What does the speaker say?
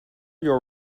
your